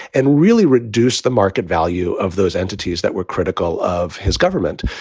and really reduce the market value of those entities that were critical of his government.